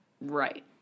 right